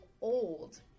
old